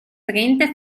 trenta